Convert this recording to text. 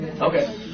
Okay